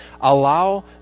Allow